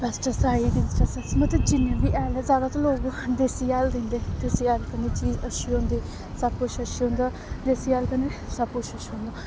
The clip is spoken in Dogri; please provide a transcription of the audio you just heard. पैस्टीसाइड मतलब जिन्ने बी हैल ऐ जादा ते लोक देसी हैल दिंदे देसी हैल कन्नै चीज़ अच्छी होंदी सब कुछ अच्छी होंदा देसी हैल कन्नै सब कुछ अच्छा होंदा